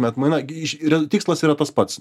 atmaina gi iš yra tikslas yra tas pats